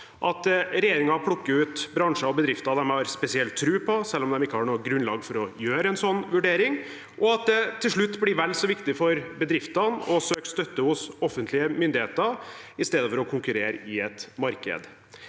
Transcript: at regjeringen plukker ut bransjer og bedrifter de har spesielt tro på, selv om de ikke har noe grunnlag for å foreta en slik vurdering, og at det til slutt blir vel så viktig for bedriftene å søke støtte hos offentlige myndigheter som å konkurrere i et marked.